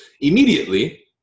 Immediately